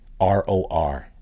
ROR